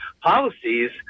policies